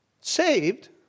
Saved